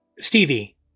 Stevie